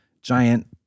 giant